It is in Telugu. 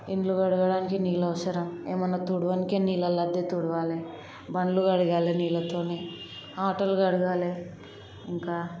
ఇల్లు కడగటానికి నీళ్ళు అవసరం ఏమన్నా తుడవడానికి నీళ్ళతోనే తుడవాలి బండ్లు కడగాలి నీళ్ళతోనే ఆటోలు కడగాలి ఇంకా